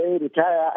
retire